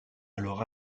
alors